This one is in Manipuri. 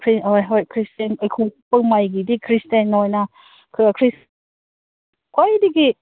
ꯈ꯭ꯔꯤꯁ ꯍꯣꯏ ꯍꯣꯏ ꯈ꯭ꯔꯤꯁꯇꯦꯟ ꯈ꯭ꯋꯥꯏꯗꯒꯤ